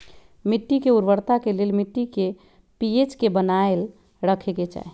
मिट्टी के उर्वरता के लेल मिट्टी के पी.एच के बनाएल रखे के चाहि